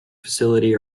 facility